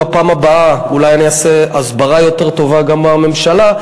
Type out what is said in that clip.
בפעם הבאה אולי אני אעשה הסברה יותר טובה גם בממשלה,